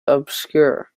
obscure